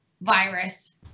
virus